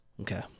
Okay